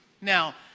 Now